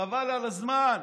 חבל על הזמן,